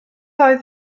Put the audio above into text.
oedd